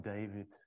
David